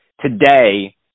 today